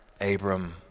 Abram